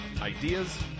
ideas